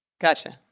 gotcha